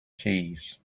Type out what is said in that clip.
keys